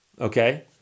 okay